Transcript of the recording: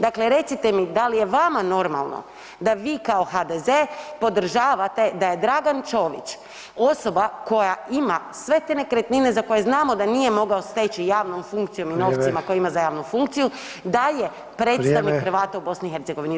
Dakle, recite mi da li je vama normalno da vi kao HDZ podržavate da je Dragan Ćović osoba koja ima sve te nekretnine za koje znamo da nije mogao steći javnom funkcijom i novcima koje ima za javnu funkciju, da je predstavnik Hrvata u Bosni i Hercegovini.